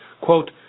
quote